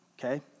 okay